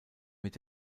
mit